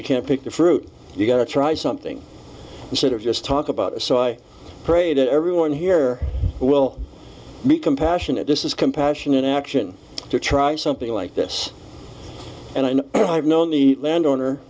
you can't pick the fruit you got to try something instead of just talk about so i pray that everyone here will be compassionate this is compassion in action to try something like this and i know i've known the land owner